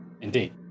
Indeed